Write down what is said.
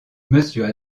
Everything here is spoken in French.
monsieur